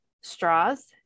straws